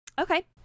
okay